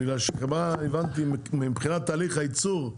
בגלל שחמאה, הבנתי, מבחינת תהליך הייצור,